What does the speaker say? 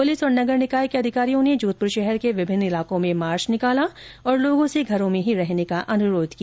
police और नगर निकाय के अधिकारियों ने जोधपुर शहर के विभिन्न इलाकों में मार्च निकाला और लोगों से घरों में ही रहने का अनुरोध किया